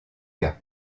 cas